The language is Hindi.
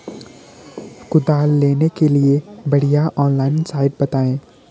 कुदाल लेने के लिए बढ़िया ऑनलाइन साइट बतायें?